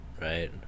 right